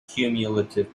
cumulative